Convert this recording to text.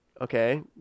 Okay